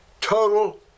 total